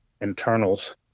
internals